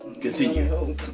Continue